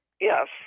yes